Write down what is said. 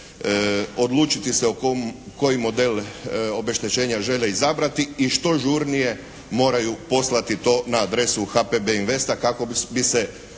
odlučiti se koji model obeštećenja žele izabrati. I što žurnije moraju poslati to na adresu HPB Investa kako bi se